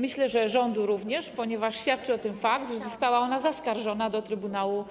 Myślę, że zdaniem rządu również, ponieważ świadczy o tym fakt, że została ona zaskarżona do Trybunału